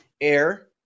Air